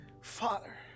Father